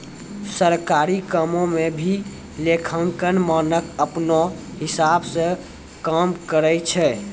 सरकारी कामो म भी लेखांकन मानक अपनौ हिसाब स काम करय छै